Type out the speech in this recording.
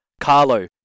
CARLO